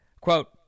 Quote